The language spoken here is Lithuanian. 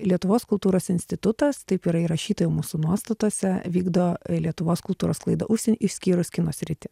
lietuvos kultūros institutas taip yra įrašyta į mūsų nuostatose vykdo lietuvos kultūros sklaidą užsieny išskyrus kino sritį